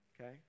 okay